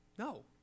No